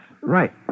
Right